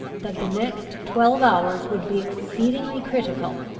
that the next twelve hours would be exceedingly critical,